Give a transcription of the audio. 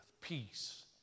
Peace